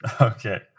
Okay